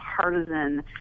partisan